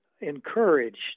encouraged